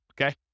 Okay